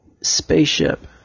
spaceship